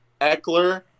Eckler